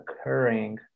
occurring